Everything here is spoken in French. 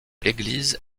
l’église